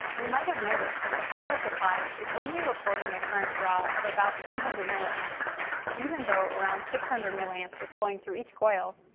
you might have noticed that the power supply is only reporting a current draw of about three hundred ma, and even though around six hundred ma and is flowing through each coil,